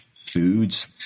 foods